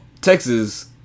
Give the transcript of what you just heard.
Texas